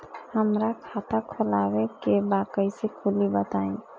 हमरा खाता खोलवावे के बा कइसे खुली बताईं?